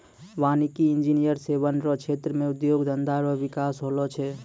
वानिकी इंजीनियर से वन रो क्षेत्र मे उद्योग धंधा रो बिकास होलो छै